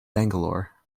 bangalore